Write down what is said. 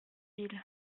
ils